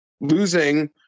losing